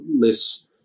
less